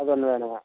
அது ஒன்று வேணுங்க